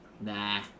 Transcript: Nah